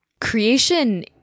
creation